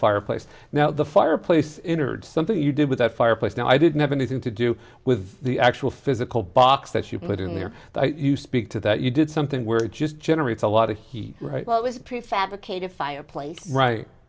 fireplace now the fireplace innards something you did with that fireplace now i didn't have anything to do with the actual physical box that you put in there that you speak to that you did something where it just generates a lot of heat right well it was prefabricated fireplace right